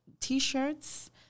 T-shirts